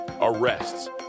arrests